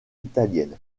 italienne